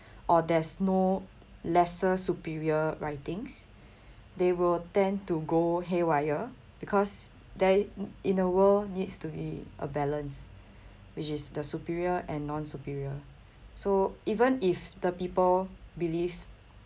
or there's no lesser superior writings they will tend to go haywire because there in a world needs to be a balance which is the superior and non-superior so even if the people believe